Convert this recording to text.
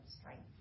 strength